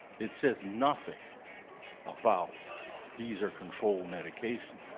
it says nothing about these are controlled medications.